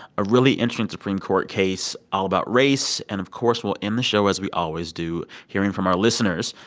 a really interesting supreme court case all about race. and of course, we'll end the show as we always do hearing from our listeners,